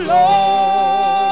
Lord